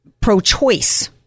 pro-choice